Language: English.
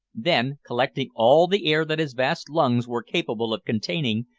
then, collecting all the air that his vast lungs were capable of containing,